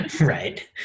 Right